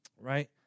right